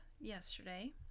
yesterday